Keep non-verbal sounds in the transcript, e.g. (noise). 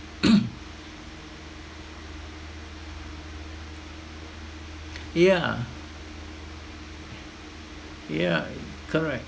(noise) yeah yeah correct